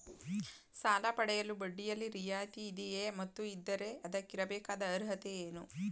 ಸಾಲ ಪಡೆಯಲು ಬಡ್ಡಿಯಲ್ಲಿ ರಿಯಾಯಿತಿ ಇದೆಯೇ ಮತ್ತು ಇದ್ದರೆ ಅದಕ್ಕಿರಬೇಕಾದ ಅರ್ಹತೆ ಏನು?